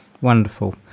Wonderful